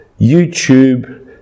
YouTube